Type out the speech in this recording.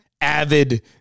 avid